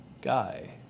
guy